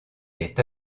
est